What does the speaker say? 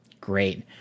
Great